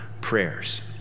prayers